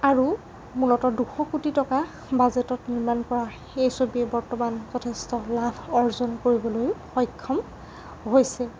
আৰু মূলতঃ দুশ কোটি টকা বাজেটত নিৰ্মাণ কৰা সেই ছবিয়ে বৰ্তমান যথেষ্ট লাভ অৰ্জন কৰিবলৈয়ো সক্ষম হৈছে